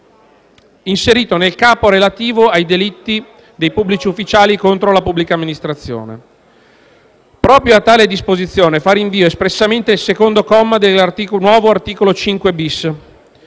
inserito nel Capo relativo ai delitti dei pubblici ufficiali contro la pubblica amministrazione. Proprio a tale disposizione fa espressamente rinvio il secondo comma del nuovo articolo 5-*bis*.